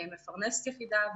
מפרנסת יחידה,